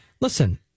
Listen